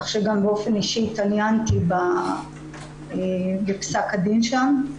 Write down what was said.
כך שגם באופן אישי התעניינתי בפסק הדין שהתקבל.